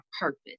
purpose